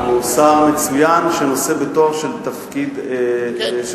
הוא שר מצוין שנושא בתואר של תפקיד של